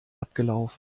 abgelaufen